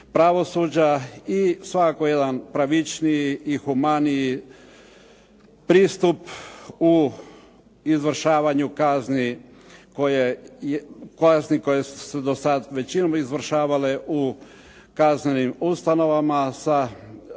i svakako jedan pravičniji i humaniji pristup u izvršavanju kazni koje su se do sad većinom izvršavale u kaznenim ustanovama sa kaznama,